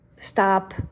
stop